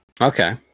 Okay